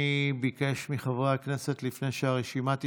מי ביקש מחברי הכנסת, לפני שהרשימה תצא?